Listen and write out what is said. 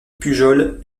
pujol